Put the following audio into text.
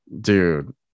dude